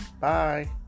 bye